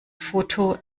foto